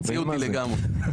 הוציאו אותי לגמרי.